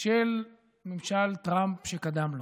של ממשל טראמפ שקדם לו.